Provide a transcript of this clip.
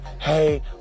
Hey